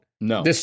No